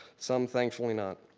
some thankfully not.